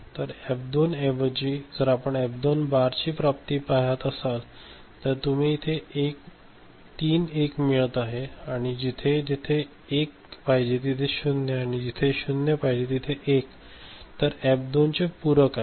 तर F2 ऐवजी जर आपण F2 बारची प्राप्ती पाहात असाल तर तुम्हाला इथे तीन 1 मिळत आहेत आणि जेथे जेथे 1 पाहिजे 0 आणि जेथे 0 पाहिजे असेल तिथे 1 जे एफ 2 चे पूरक आहे